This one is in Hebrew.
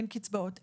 אין קצבאות,